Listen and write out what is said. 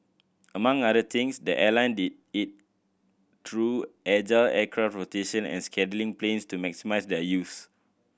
among other things the airline did it through agile aircraft rotation and planes to maximise their use